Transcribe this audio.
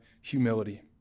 humility